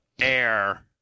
air